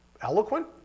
eloquent